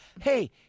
hey